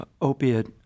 opiate